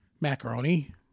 macaroni